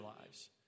lives